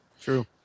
True